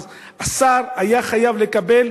אז השר היה חייב לקבל,